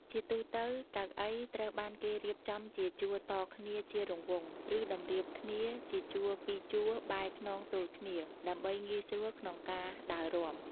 ជាទូទៅ កៅអីត្រូវបានគេរៀបចំជាជួរតគ្នាជារង្វង់ ឬតម្រៀបគ្នាជាជួរពីរជួរបែរខ្នងទល់គ្នា ដើម្បីងាយស្រួលក្នុងការដើររាំ។